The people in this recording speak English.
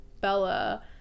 Bella